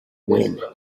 wind